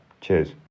Cheers